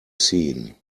seen